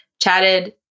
chatted